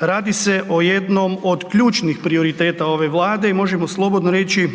Radi se o jednom od ključnih prioriteta ove vlade i možemo slobodno reći